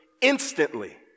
Instantly